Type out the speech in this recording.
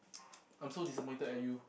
I'm so disappointed at you